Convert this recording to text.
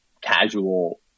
casual